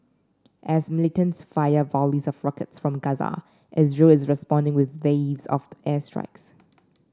as militants fire volleys of rockets from Gaza Israel is responding with waves of the airstrikes